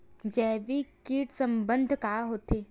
जैविक कीट प्रबंधन का होथे?